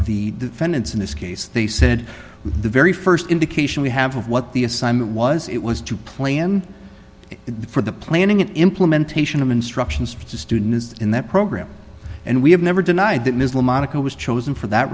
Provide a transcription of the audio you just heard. sentence in this case they said the very st indication we have of what the assignment was it was to plan it for the planning and implementation of instructions to students in that program and we have never denied that ms the monica was chosen for that